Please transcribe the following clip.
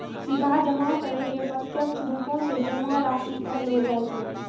सीधा जमा करै के प्रत्यक्ष रुपो से जमा राशि कहलो जाय छै